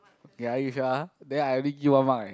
ya if you're then I really give one mark eh